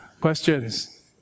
Questions